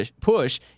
push